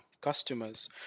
customers